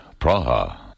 Praha